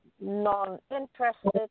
non-interested